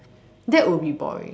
that would be boring